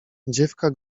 dziewka